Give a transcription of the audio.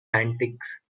antics